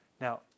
Now